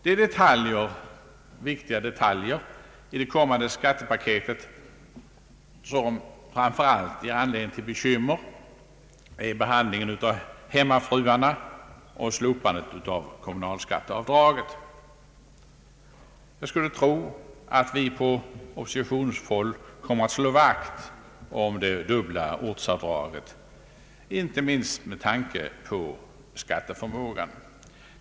De viktiga detaljer i det kommande skattepaketet som framför allt ger anledning till bekymmer är behandlingen av hemmafruarna och slopandet av kommunalskatteavdraget. Jag skulle tro att vi på oppositionshåll kommer att slå vakt om det dubbla ortsavdraget, inte minst med tanke på skatteförmågan.